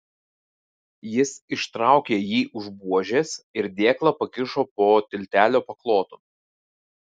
jis ištraukė jį už buožės ir dėklą pakišo po tiltelio paklotu